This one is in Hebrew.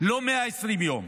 לא 120 יום,